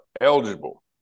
eligible